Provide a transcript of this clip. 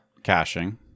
caching